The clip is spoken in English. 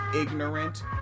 ignorant